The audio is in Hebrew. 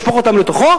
לשפוך אותם לתוכו,